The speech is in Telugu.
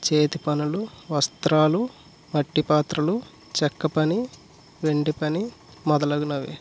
చేతి పనులు వస్త్రాలు మట్టి పాత్రలు చెక్క పని వెండి పని మొదలగునవి